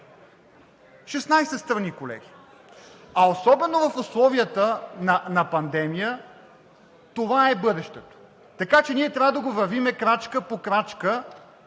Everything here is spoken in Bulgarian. страни, колеги, а особено в условията на пандемия, това е бъдещето. Така че ние трябва да го вървим крачка по крачка